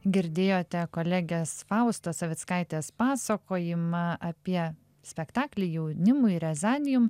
girdėjote kolegės faustos savickaitės pasakojimą apie spektaklį jaunimui rezanijum